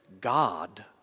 God